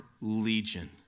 legion